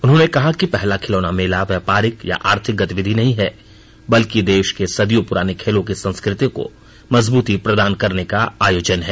उन्होंने कहा कि पहला खिलौना मेला व्यापारिक या आर्थिक गतिविधि नहीं है बल्कि देश के सदियों पूराने खेलों की संस्कृति को मजबूती प्रदान करने का आयोजन है